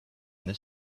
this